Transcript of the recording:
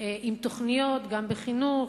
עם תוכניות גם בחינוך,